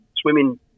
swimming